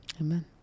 Amen